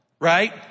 right